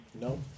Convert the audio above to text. No